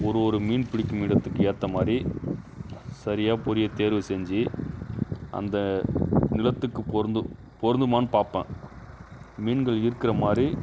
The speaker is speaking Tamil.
ஒரு ஒரு மீன் பிடிக்கும் இடத்துக்கு ஏற்ற மாதிரி சரியாக பொறியை தேர்வு செஞ்சு அந்த நிலத்துக்குப் பொருந்தும் பொருந்துமானு பார்ப்பேன் மீன்கள் இருக்கிற மாதிரி